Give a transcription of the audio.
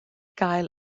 gael